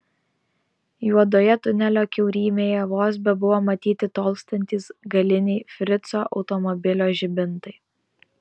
juodoje tunelio kiaurymėje vos bebuvo matyti tolstantys galiniai frico automobilio žibintai